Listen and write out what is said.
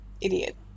idiot